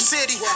City